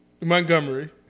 Montgomery